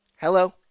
Hello